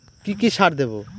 কি কি সার দেবো?